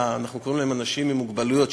אנחנו קוראים להם אנשים עם מוגבלות,